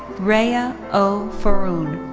rhea o faroon.